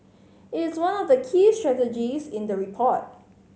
it is one of the key strategies in the report